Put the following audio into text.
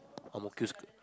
a mosque